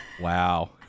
Wow